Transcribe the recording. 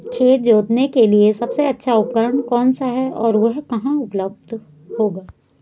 खेत जोतने के लिए सबसे अच्छा उपकरण कौन सा है और वह कहाँ उपलब्ध होगा?